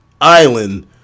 island